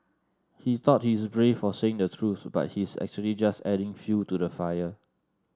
he thought he's brave for saying the truth but he's actually just adding fuel to the fire